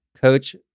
Coach